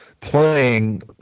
playing